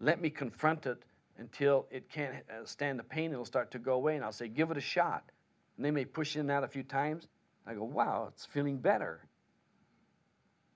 let me confront it until it can't stand the pain will start to go away and i'll say give it a shot and they may push him out a few times i go wow it's feeling better